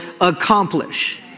accomplish